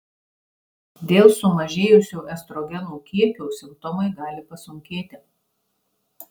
dėl sumažėjusio estrogenų kiekio simptomai gali pasunkėti